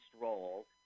role